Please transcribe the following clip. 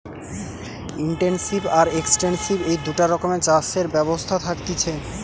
intensive আর extensive এই দুটা রকমের চাষের ব্যবস্থা থাকতিছে